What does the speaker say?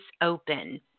open